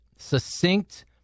succinct